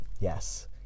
Yes